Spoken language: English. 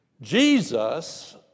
Jesus